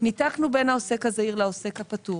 ניתקנו בין העוסק הזעיר לעוסק הפטור,